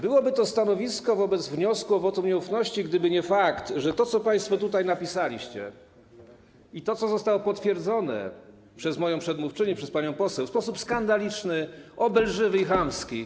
Byłoby to stanowisko wobec wniosku o wotum nieufności, gdyby nie fakt, że to, co państwo tutaj napisaliście, i to, co zostało potwierdzone przez moją przedmówczynię, przez panią poseł w sposób skandaliczny, obelżywy i chamski.